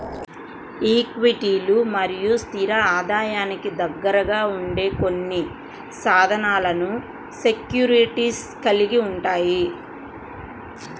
ఈక్విటీలు మరియు స్థిర ఆదాయానికి దగ్గరగా ఉండే కొన్ని సాధనాలను సెక్యూరిటీస్ కలిగి ఉంటాయి